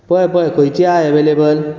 पळय पळय खंयची आसा अवॅलेबल